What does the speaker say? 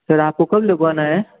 sir आपको कब लगवाना है